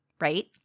right